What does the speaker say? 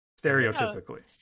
Stereotypically